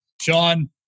Sean